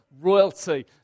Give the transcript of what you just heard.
royalty